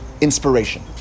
inspiration